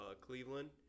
Cleveland